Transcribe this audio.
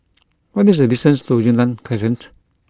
what is the distance to Yunnan Crescent